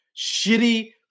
shitty